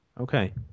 Okay